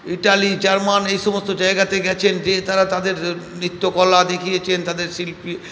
Italy German এই সমস্ত জায়গাতে গেছেন গিয়ে তারা তাদের নৃত্যকলা দেখিয়েছেন তাদের শিল্পী